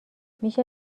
میشه